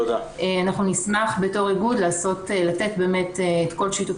אנחנו נשמח בתור איגוד לתת את כל שיתוף